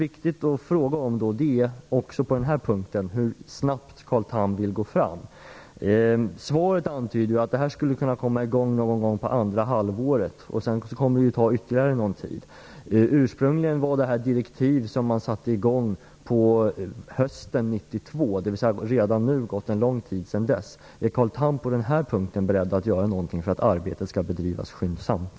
Min fråga är hur snabbt Carl Tham vill gå fram på denna punkt. Svaret antyder att verksamheten skulle kunna börja någon gång under det andra halvåret, och därefter kommer det att dröja ytterligare någon tid. De ursprungliga direktiven gavs redan hösten 1992. Det har sedan dess förflutit en lång tid. Är Carl Tham på denna punkt beredd att göra någonting för att arbetet skall bedrivas skyndsamt?